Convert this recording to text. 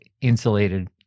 insulated